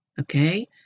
Okay